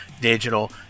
digital